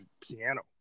piano